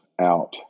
out